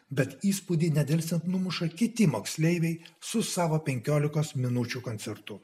bet įspūdį nedelsiant numuša kiti moksleiviai su savo penkiolikos minučių koncertu